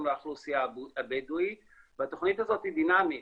לאוכלוסייה הבדואית והתוכנית הזאת היא דינמית.